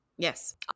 Yes